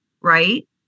right